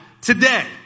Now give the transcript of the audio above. today